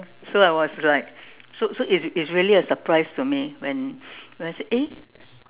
so I was like so so it's it's really a surprise to me when when I said eh